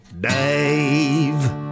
Dave